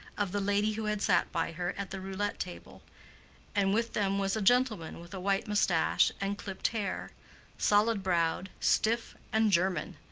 of the lady who had sat by her at the roulette-table and with them was a gentleman with a white mustache and clipped hair solid-browed, stiff and german.